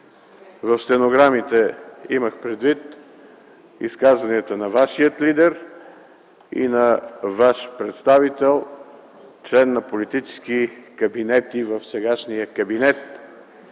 В стенограмите имах предвид изказванията на вашия лидер и ваш представител – член на политически кабинети в сегашния кабинет.